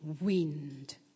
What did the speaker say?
wind